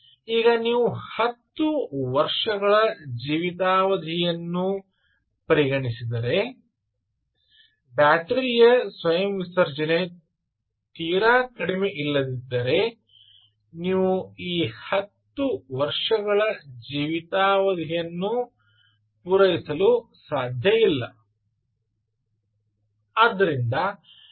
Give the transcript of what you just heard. ಈಗ ನೀವು 10 ವರ್ಷಗಳ ಜೀವಿತಾವಧಿಯನ್ನು ಪರಿಗಣಿಸಿದರೆ ಬ್ಯಾಟರಿಯ ಸ್ವಯಂ ವಿಸರ್ಜನೆ ತೀರಾ ಕಡಿಮೆ ಇಲ್ಲದಿದ್ದರೆ ನೀವು ಈ 10 ವರ್ಷಗಳ ಜೀವಿತಾವಧಿಯನ್ನು ಪೂರೈಸಲು ಸಾಧ್ಯವಿಲ್ಲ